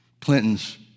Clinton's